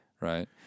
Right